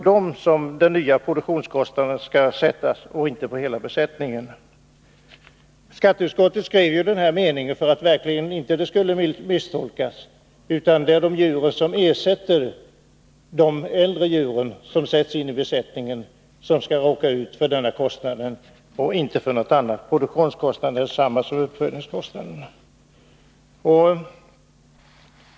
Den nya produktionskostnaden skall gälla dem och inte hela beskattningen. Skatteutskottet skrev den här meningen för att det inte skulle bli några misstolkningar — det är de djur som sätts in i besättningen för att ersätta de äldre djuren som produktionskostnaden skall avse, och produktionskostnaden är detsamma som uppfödningskostnaden.